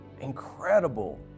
incredible